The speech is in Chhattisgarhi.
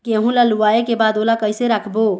गेहूं ला लुवाऐ के बाद ओला कइसे राखबो?